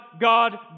God